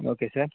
okay sir